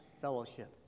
fellowship